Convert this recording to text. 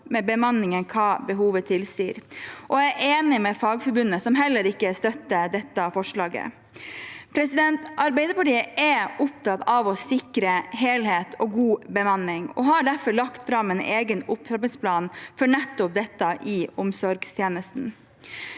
mindre bemanning enn hva behovet tilsier. Jeg er enig med Fagforbundet, som heller ikke støtter dette forslaget. Arbeiderpartiet er opptatt av å sikre helhet og god bemanning, og har derfor lagt fram en egen opptrappingsplan for nettopp dette i omsorgstjenesten.